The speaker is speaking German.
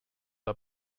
der